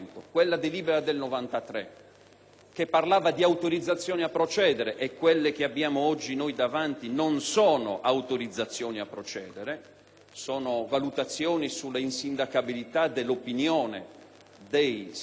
che parlava di autorizzazione a procedere. Quelle che abbiamo oggi davanti non sono autorizzazioni a procedere, bensì valutazioni sull'insindacabilità dell'opinione dei senatori che